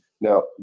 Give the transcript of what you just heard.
now